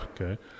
okay